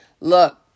Look